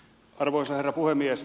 arvoisa herra puhemies